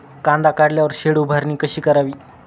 कांदा काढल्यावर शेड उभारणी कशी करावी?